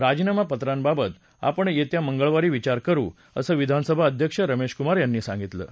राजीनामा पत्रांबाबत आपण येत्या मंगळवारी विचार करू असं विधानसभा अध्यक्ष रमेश कुमार यांनी सांगितलं आहे